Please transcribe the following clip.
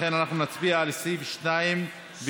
לכן אנחנו נצביע על סעיפים 2 ו-3,